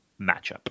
matchup